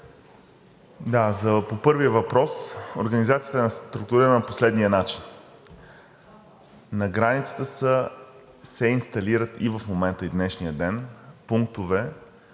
По първия въпрос, организацията е структурирана по следния начин: На границата се инсталират и в момента – в днешния ден, пунктове,